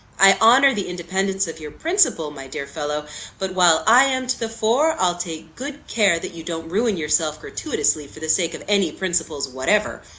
i honour the independence of your principle, my dear fellow but, while i am to the fore, i'll take good care that you don't ruin yourself gratuitously, for the sake of any principles whatever!